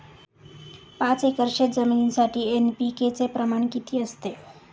पाच एकर शेतजमिनीसाठी एन.पी.के चे प्रमाण किती असते?